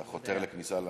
אתה חותר לכניסה לממשלה?